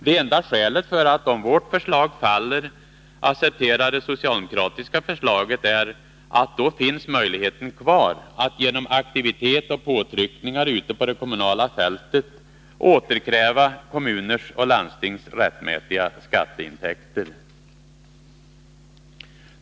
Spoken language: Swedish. Det enda skälet för att — om vårt förslag faller — acceptera det socialdemokratiska förslaget är att möjligheten då finns kvar att genom aktivitet och påtryckningar ute på det kommunala fältet återkräva kommuners och landstings rättmätiga skatteintäkter.